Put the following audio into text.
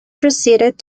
proceeded